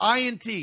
INT